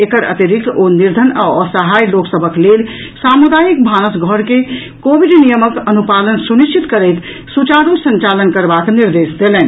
एकर अतिरिक्त ओ निर्धन आ असहाय लोक सभक लेल सामुदायिक भानस घरक कोविड नियमक अनुपालन सुनिश्चित करैत सुचारु संचालन करबाक निर्देश देलनि